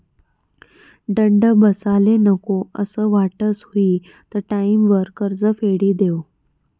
दंड बसाले नको असं वाटस हुयी त टाईमवर कर्ज फेडी देवो